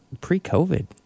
pre-COVID